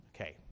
Okay